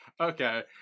Okay